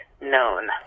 known